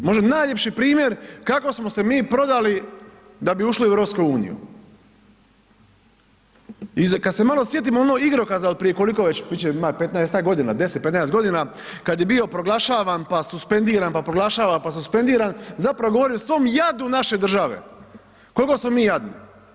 Možda najljepši primjer kako smo se mi prodali da bi ušli u EU i kad se malo sjetimo onog igrokaza od prije, koliko već, bit će, ima 15-tak godina, 10, 15 godina, kad je bio proglašavam pa suspendiran pa proglašavan pa suspendiran zapravo govori o svom jadu naše države, koliko smo mi jadni.